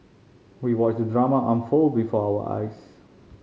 we watched the drama unfold before our eyes